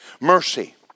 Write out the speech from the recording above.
Mercy